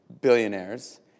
billionaires